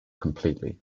completely